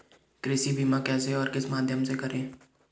कृषि बीमा कैसे और किस माध्यम से करें?